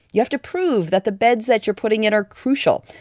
you have to prove that the beds that you're putting in are crucial.